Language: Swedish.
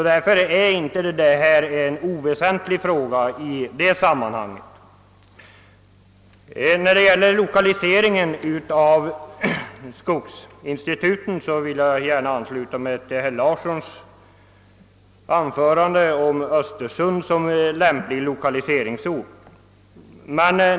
Därför är denna fråga inte oväsentlig i sammanhanget. Vad beträffar lokaliseringen av skogsinstituten vill jag ansluta mig till vad herr Larsson i Norderön sade om Östersund som lämplig lokaliseringsort.